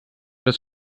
dass